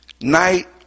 night